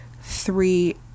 Three